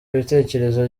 ibitekerezo